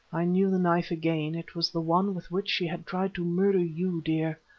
i knew the knife again, it was the one with which she had tried to murder you, dear.